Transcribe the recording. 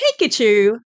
Pikachu